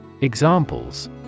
Examples